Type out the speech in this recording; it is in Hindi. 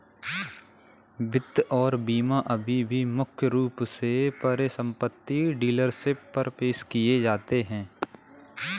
वित्त और बीमा अभी भी मुख्य रूप से परिसंपत्ति डीलरशिप पर पेश किए जाते हैं